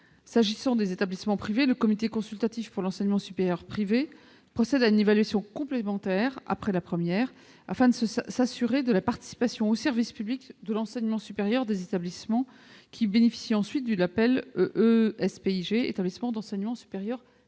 S'agissant des établissements privés, le Comité consultatif pour l'enseignement supérieur privé procède à une évaluation complémentaire, après la première, afin de s'assurer de la participation au service public de l'enseignement supérieur des établissements qui bénéficient ensuite du label « établissement d'enseignement supérieur privé